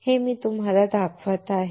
ते मी तुम्हाला दाखवले आहे